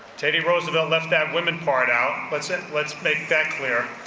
teddy roosevelt left that women part out, let's and let's make that clear.